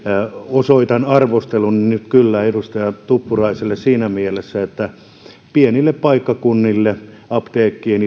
osoitan kyllä arvosteluni edustaja tuppuraiselle siinä mielessä että pienillä paikkakunnilla apteekkien